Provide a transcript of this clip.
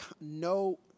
no